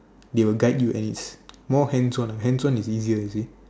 they will guide you and it's more hands on and hands on is easier you see